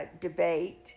debate